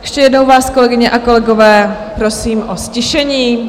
Ještě jednou vás, kolegyně a kolegové, prosím o ztišení.